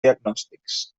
diagnòstics